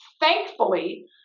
Thankfully